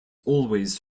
always